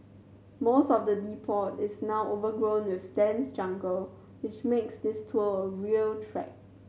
most of the depot is now overgrown with dense jungle which makes this tour a real trek